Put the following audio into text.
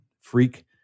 Freak